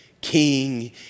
King